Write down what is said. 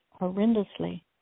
horrendously